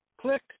Click